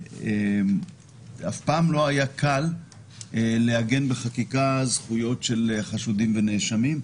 אף פעם לא היה קל לעגן בחקיקה זכויות של חשודים ונאשמים.